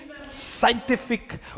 scientific